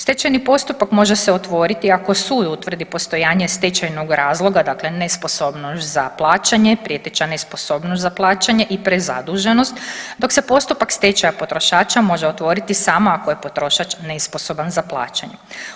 Stečajni postupak može se otvoriti ako sud utvrdi postojanje stečajnog razloga, dakle nesposobnost za plaćanje, prijeteća nesposobnost za plaćanje i prezaduženost dok se postupak stečaja potrošača može otvoriti samo ako je potrošač nesposoban za plaćanje.